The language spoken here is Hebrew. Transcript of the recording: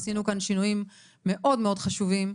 עשינו כאן שינויים מאוד מאוד חשובים.